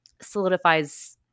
solidifies